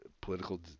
political